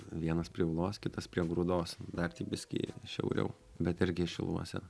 vienas prie ūlos kitas prie grūdos dar tik biskį šiauriau bet irgi šiluose